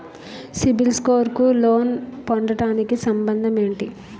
CIBIL score కు loan పొందటానికి సంబంధం ఏంటి?